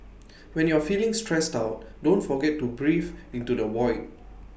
when you are feeling stressed out don't forget to breathe into the void